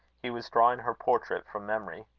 he was drawing her portrait from memory.